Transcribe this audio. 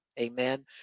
amen